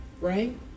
right